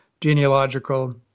genealogical